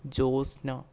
Josna